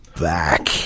back